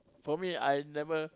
for me I never